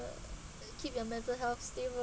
keep your mental health stable